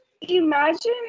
Imagine